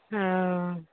हँ